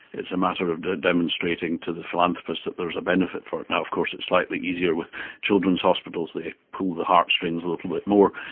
it's a matter of demonstrating to the philanthropists that there is a benefit for it. and of course it's slightly easier with children's hospitals, they pull the heartstrings a little bit more,